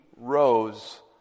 rose